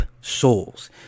souls